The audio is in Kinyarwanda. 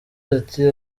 ati